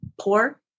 poor